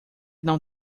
não